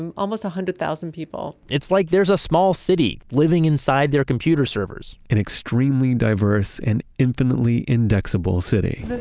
um almost a hundred thousand people it's like there's a small city living inside their computer servers an extremely diverse and infinitely indexable city